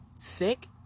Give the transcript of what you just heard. thick